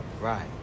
right